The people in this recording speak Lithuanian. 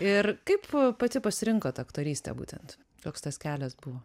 ir kaip pati pasirinkot aktorystę būtent koks tas kelias buvo